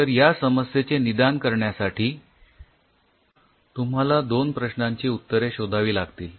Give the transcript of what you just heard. तर या समस्येचे निदान करण्यासाठी तुम्हाला दोन प्रश्नांची उत्तरे शोधावी लागतील